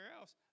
else